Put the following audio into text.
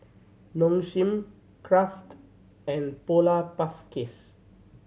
Nong Shim Kraft and Polar Puff Cakes